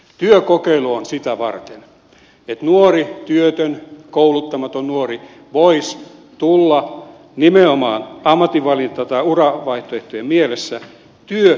työkokeilu on sitä varten että nuori työtön kouluttamaton nuori voisi tulla nimenomaan ammatinvalinta tai uravaihtoehtojen mielessä työkokeiluun